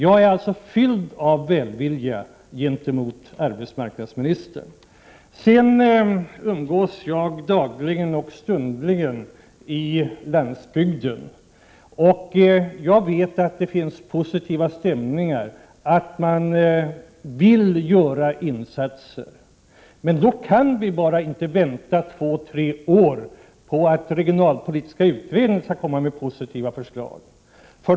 Jag är alltså fylld av välvilja gentemot arbetsmarknadsministern. Jag umgås dagligen och stundligen med människor på landsbygden, och jag vet att det finns positiva stämningar och att man vill göra insatser. Men då kan vi bara inte vänta två tre år på att den regionalpolitiska utredningen skall komma med positiva förslag.